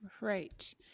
right